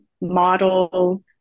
model